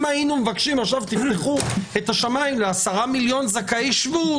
אם היינו מבקשים לפתוח את השמיים ל-10,000,000 זכאי שבות,